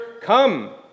Come